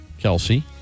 Kelsey